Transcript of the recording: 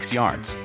yards